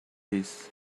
this